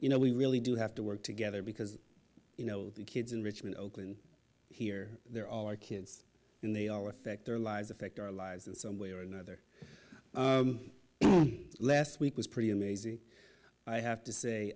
you know we really do have to work together because you know the kids in richmond oakland here they're all our kids and they all affect their lives affect our lives in some way or another last week was pretty amazing i have to say